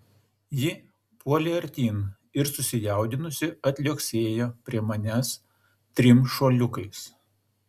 ji puolė artyn ir susijaudinusi atliuoksėjo prie manęs trim šuoliukais